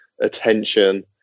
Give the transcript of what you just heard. attention